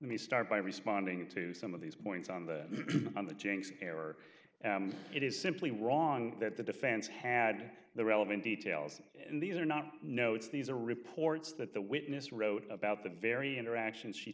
let me start by responding to some of these points on the on the jinx error it is simply wrong that the defense had the relevant details and these are not notes these are reports that the witness wrote about the very interactions she